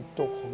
toch